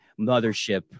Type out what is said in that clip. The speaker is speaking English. mothership